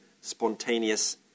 spontaneous